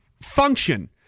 function